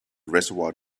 reservoir